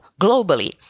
Globally